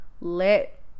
let